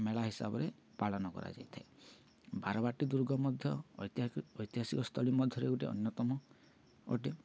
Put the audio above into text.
ମେଳା ହିସାବରେ ପାଳନ କରାଯାଇଥାଏ ବାରବାଟୀ ଦୁର୍ଗ ମଧ୍ୟ ଐତିହାସିକ ସ୍ଥଳୀ ମଧ୍ୟରେ ଗୋଟେ ଅନ୍ୟତମ ଗୋଟେ